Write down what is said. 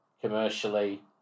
commercially